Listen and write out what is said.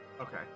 Okay